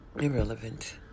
irrelevant